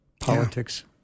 politics